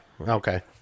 okay